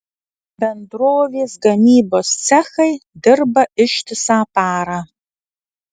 bendrovės gamybos cechai dirba ištisą parą